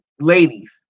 ladies